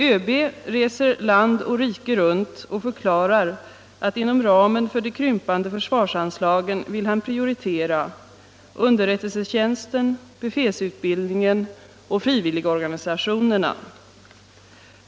ÖB reser land och rike runt och förklarar att inom ramen för de krympande försvarsanslagen vill han prioritera underrättelsetjänsten, befälsutbildningen och frivilligorganisationerna.